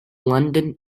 london